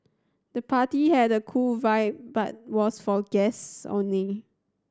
the party had a cool vibe but was for guests only